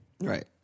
Right